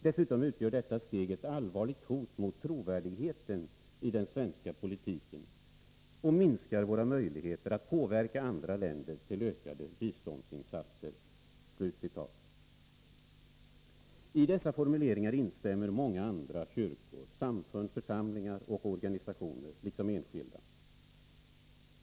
Dessutom utgör detta steg ett allvarligt hot mot trovärdigheten i den svenska politiken och minskar våra möjligheter att påverka andra länder till ökade biståndsinsatser.” I dessa formuleringar instämmer många andra kyrkor, samfund, församlingar och organisationer liksom enskilda.